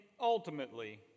ultimately